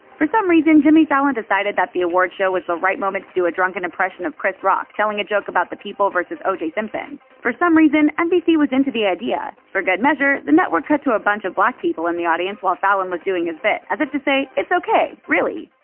for some reason, jimmy fallon decided that the awards show was the right moment to do a drunken impression of chris rock telling a joke about the people v. oj simpson. for some reason, nbc was into the idea. for good measure, the network cut to a bunch of black people in the audience while fallon was doing his bit, as if to say, it's ok! really